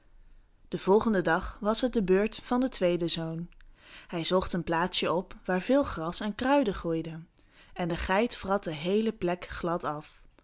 den volgenden dag was het de beurt van den tweeden zoon hij zocht een plaats op waar veel gras en kruiden groeiden en de geit vrat de heele plek glad af